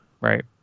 right